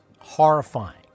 horrifying